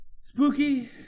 Spooky